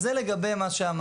אז זה לגבי מה שאמרת.